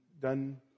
done